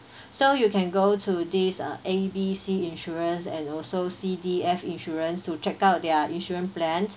so you can go to this uh A B C insurance and also C D F insurance to check out their insurance plans